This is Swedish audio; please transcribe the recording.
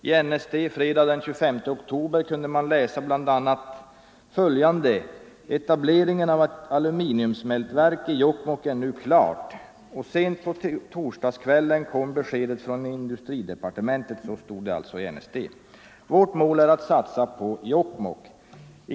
I NSD kunde man fredagen den 25 oktober läsa bl.a. följande: ”Etableringen av ett aluminiumsmältverk i Jokkmokk är nu klart. Sent på torsdagskvällen kom beskedet från industridepartementet: Vårt mål är att satsa på Jokkmokk.